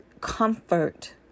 comfort